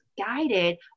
guided